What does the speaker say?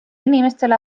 inimestele